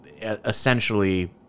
essentially